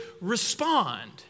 respond